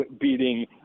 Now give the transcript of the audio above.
beating